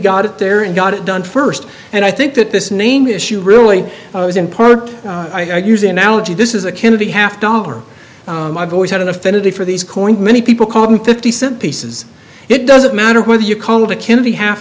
got it there and got it done first and i think that this name issue really is in part by using analogy this is a kennedy half dollar i've always had an affinity for these coins many people call them fifty cent pieces it doesn't matter whether you call it a kennedy half